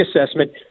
assessment